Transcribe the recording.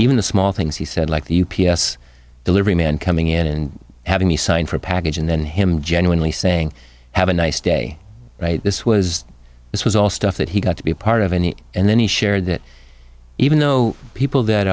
even the small things he said like the u p s delivery man coming in and having me sign for a package and then him genuinely saying have a nice day this was this was all stuff that he got to be part of any and then he shared that even though people that